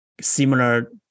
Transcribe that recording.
similar